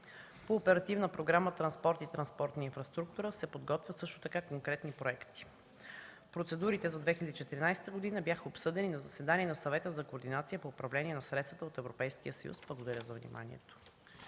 по Оперативна програма „Транспорт и транспортна инфраструктура” се подготвят също така конкретни проекти. Процедурите за 2014 г. бяха обсъдени на заседание на Съвета за координация по управление на средствата от Европейския съюз. Благодаря за вниманието.